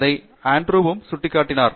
இதை ஆண்ட்ரூவும் சுட்டிக்காட்டினார்